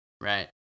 Right